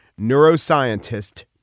Neuroscientist